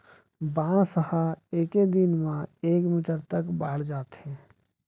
बांस ह एके दिन म एक मीटर तक बाड़ जाथे